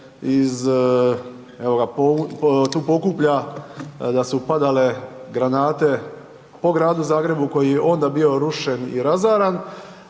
iz evo ga, tu Pokuplja, da su padale granate po gradu Zagrebu, koji je onda bio rušen i razaran,